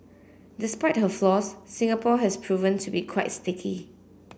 despite her flaws Singapore has proven to be quite sticky